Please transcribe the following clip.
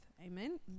Amen